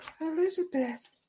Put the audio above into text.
Elizabeth